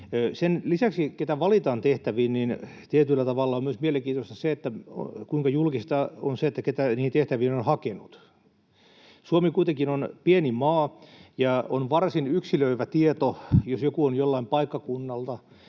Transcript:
Sen lisäksi, keitä valitaan tehtäviin, on tietyllä tavalla mielenkiintoista myös se, kuinka julkista on se, keitä niihin tehtäviin on hakenut. Suomi kuitenkin on pieni maa, ja on varsin yksilöivä tieto, jos joku on joltain paikkakunnalta,